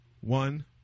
One